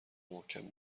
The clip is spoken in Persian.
محکم